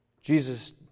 Jesus